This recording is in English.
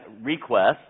request